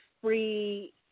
free –